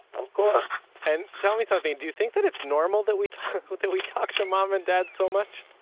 of course and, tell me something, do you think that it's normal that we talk, that we talk to mom and dad so much?